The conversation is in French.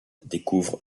découvre